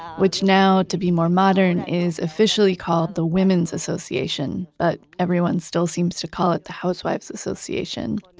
which now, to be more modern, is officially called the women's association but everyone still seems to call it the housewives association.